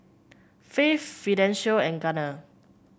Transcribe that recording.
Faith Fidencio and Gunner